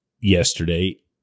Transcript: yesterday